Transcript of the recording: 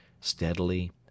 steadily